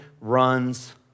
runs